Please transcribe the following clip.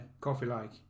coffee-like